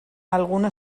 alguna